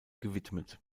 gewidmet